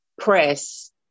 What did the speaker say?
press